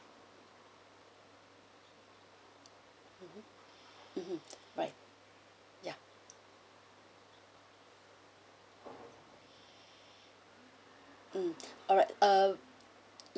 mmhmm right ya mm alright uh